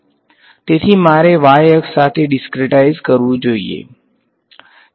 તેથી મારે y અક્ષ સાથે ડીસ્ક્રીટાઈઝ કરવું જોઈએ